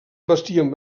vestien